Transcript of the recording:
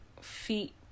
feet